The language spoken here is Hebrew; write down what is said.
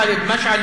הן של ח'אלד משעל,